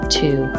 two